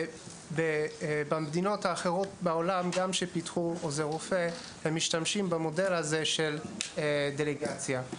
מדינות בעולם שפיתחו עוזר רופא משתמשות במודל הזה של דלגציה,